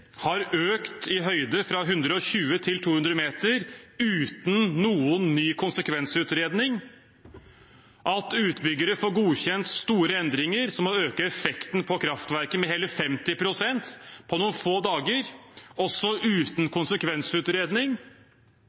har økt i høyde fra 120 meter til 200 meter uten noen ny konsekvensutredning, at utbyggere får godkjent store endringer som å øke effekten på kraftverket med hele 50 pst. på noen få dager, også uten konsekvensutredning,